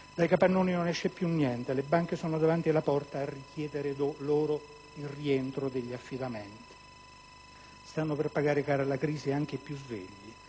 dai capannoni non esce più niente e le banche sono davanti alla porta a richiedere loro il rientro degli affidamenti. Stanno per pagare cara la crisi anche i più svegli,